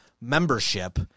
membership